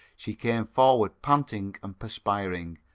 she came forward panting and perspiring,